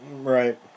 Right